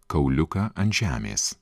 kauliuką ant žemės